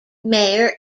mayor